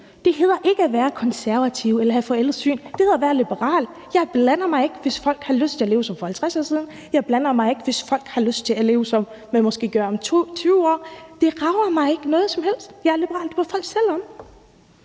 Det hedder ikke at være konservativ eller at have et forældet syn; det hedder at være liberal. Jeg blander mig ikke, hvis folk har lyst til at leve som for 50 år siden, og jeg blander mig ikke, hvis folk har lyst til at leve, som man måske gør om 20 år. Det rager mig overhovedet ikke; jeg er liberal. Det må folk selv om.